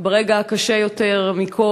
ברגע הקשה מכול,